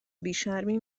بیشرمی